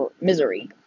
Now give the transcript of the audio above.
misery